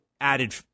added